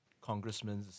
congressmen